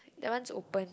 that one's open